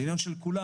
זה עניין של כולם.